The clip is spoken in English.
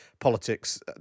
politics